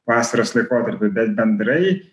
vasaros laikotarpiui bet bendrai